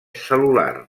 cel·lular